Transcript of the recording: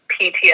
PTSD